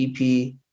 EP